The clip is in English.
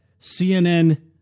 CNN